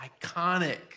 iconic